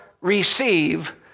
receive